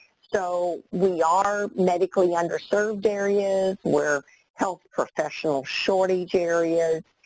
so, we are medically underserved areas where health professional shortage areas,